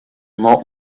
not